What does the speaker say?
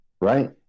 right